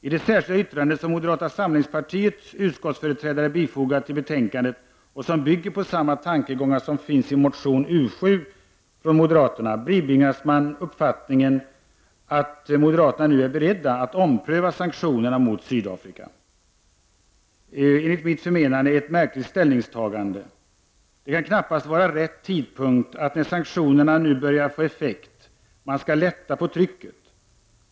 I det särskilda yttrande som moderata samlingspartiets utskottsföreträdare bifogat betänkandet, och som bygger på samma tankegångar som finns i moderaternas motion U7, bibringas man uppfattningen att moderaterna nu är beredda att ompröva sanktionerna mot Sydafrika. Enligt mitt förmenande ett märkligt ställningstagande. Det kan knappast vara rätt tidpunkt att lätta på trycket nu när sanktionerna börjar få effekt.